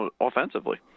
offensively